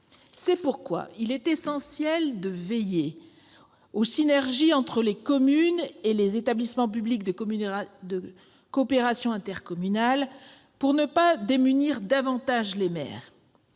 C'est pourquoi il est essentiel de veiller aux synergies entre les communes et les établissements publics de coopération intercommunale, pour ne pas démunir davantage les maires.